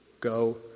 Go